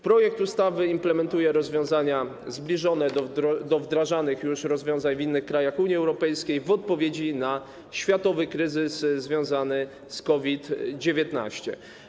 Projekt ustawy implementuje rozwiązania zbliżone do wdrażanych już rozwiązań w innych krajach Unii Europejskiej w odpowiedzi na światowy kryzys związany z COVID-19.